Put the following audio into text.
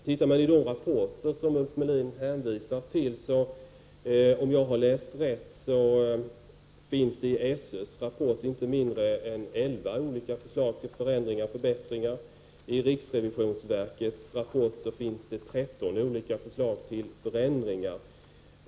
Tittar man i de rapporter Ulf Melin hänvisar till finner man, om jag har läst rätt, i SÖ:s rapport inte mindre än elva olika förslag till förändringar och förbättringar. I riksrevisionsverkets rapport finns 13 olika förslag till förändringar.